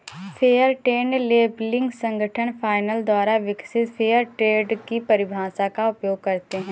fair trade labelling संगठन fine द्वारा विकसित फेयर ट्रेड की परिभाषा का उपयोग करते हैं